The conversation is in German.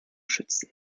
schützen